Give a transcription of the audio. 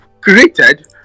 created